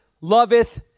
loveth